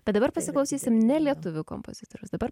bet dabar pasiklausysim ne lietuvių kompozitoriaus dabar